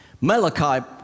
Malachi